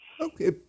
Okay